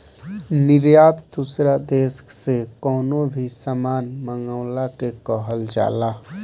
निर्यात दूसरा देस से कवनो भी सामान मंगवला के कहल जाला